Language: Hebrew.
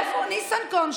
איפה ניסנקורן,